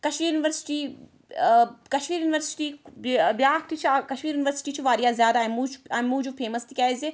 Kashmir university ٲں Kashmir university بیٛاکھ تہِ چھِ اَکھ کشمیٖر یونیٖورسٹی چھِ واریاہ زیادٕ اَمہِ موٗجوب اَمہِ موٗجوب فیمَس تِکیٛازِ